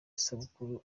isabukuru